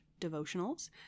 devotionals